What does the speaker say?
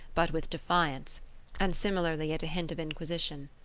but with defiance and similarly at a hint of inquisition.